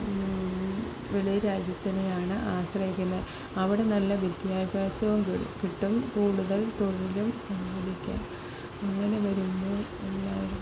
വെളി രാജ്യത്തിനെയാണ് ആശ്രയിക്കുന്നത് അവിടെ നല്ല വിദ്യാഭ്യാസവും കിട്ടും കൂടുതൽ തൊഴിലും സമ്പാദിക്കാം അങ്ങനെ വരുമ്പോൾ എല്ലാവരും